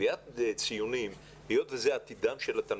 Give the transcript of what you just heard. קביעת ציונים זה עתידם של התלמידים,